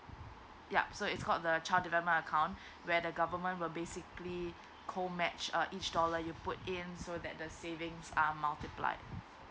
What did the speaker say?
yup so it's called the child development account where the government will basically co match uh each dollar you put in so that the savings are multiplied